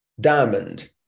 diamond